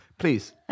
Please